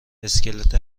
اسکلت